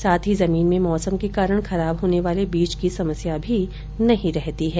साथ ही जमीन में मौसम के कारण खराब होने वाले बीज की समस्या भी नही रहती है